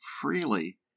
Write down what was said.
freely